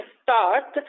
start